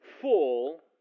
Full